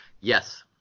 Yes